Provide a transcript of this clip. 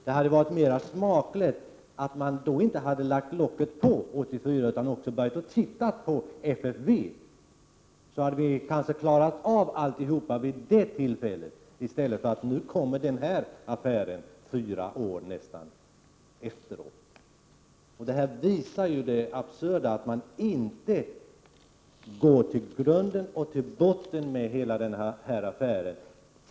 Det hade varit mera smakligt om man 1984 inte bara hade lagt locket på så att säga utan också hade börjat titta på FFV. Då hade vi kanske klarat ut allting vid det tillfället. Men i stället får vi nu, nästan fyra år senare, den här affären. Det visar hur absurt det hela blir när man inte går till botten med den här affären.